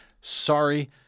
Sorry